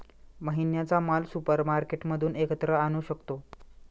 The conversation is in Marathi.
महिन्याचा माल सुपरमार्केटमधून एकत्र आणू शकतो